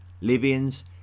Libyans